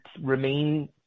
remain